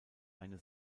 eine